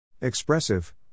Expressive